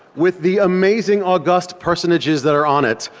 with the amazing august personages that are on it.